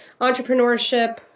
entrepreneurship